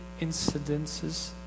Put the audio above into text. incidences